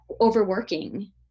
overworking